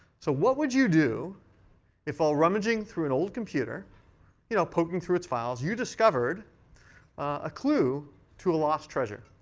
so what would you do if while rummaging through an old you know poking through its files you discovered a clue to a lost treasure?